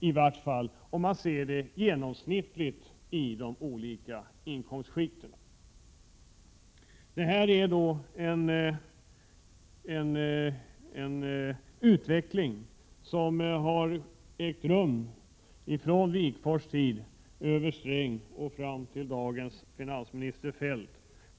Detta gäller i vart fall genomsnittligt i de olika inkomstskikten. Detta är en utveckling som ägt rum sedan Wigforss tid, under Sträng och fram till dagens finansminister Feldt.